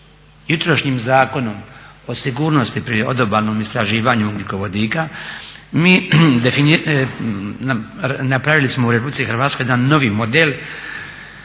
jutrošnjim Zakonom o sigurnosti pri odobalnom istraživanju ugljikovodika mi napravili smo u Republici Hrvatskoj jedan novi model